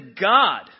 God